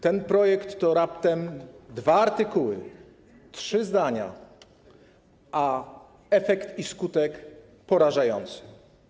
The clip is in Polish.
Ten projekt to raptem dwa artykuły, trzy zdania, a efekt i skutek - porażające.